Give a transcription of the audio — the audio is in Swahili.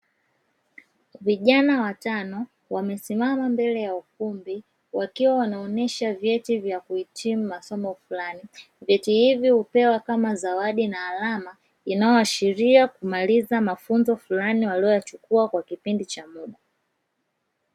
Vijana watano wamesimama mbele ya ukumbi, wakiwa wanaonyesha vyeti vya kuhitimu masomo fulani. Vyeti hivi hupewa kama zawadi na alama inayoashiria kumaliza mafunzo fulani walioyachukua kwa kipindi cha muda.